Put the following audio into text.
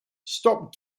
stop